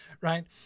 right